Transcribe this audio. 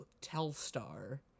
Telstar